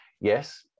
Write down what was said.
yes